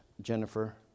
Jennifer